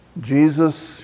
Jesus